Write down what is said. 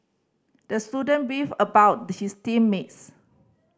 the student beefed about his team mates